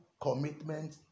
commitment